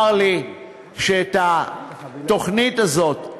צר לי שהתוכנית הזאת,